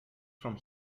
from